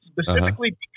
specifically